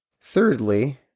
thirdly